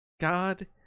God